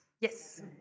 Yes